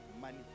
money